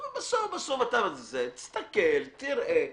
בסוף בסוף תסתכל, תראה.